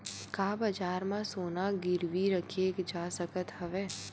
का बजार म सोना गिरवी रखे जा सकत हवय?